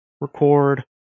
record